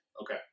Okay